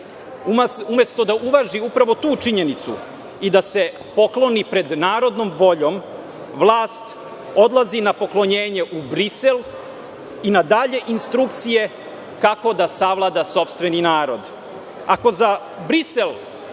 Umesto da uvaži upravo tu činjenicu i da se pokloni pred narodnom voljom, vlast odlazi na poklonjenje u Brisel i na dalje instrukcije kako da savlada sopstveni narod.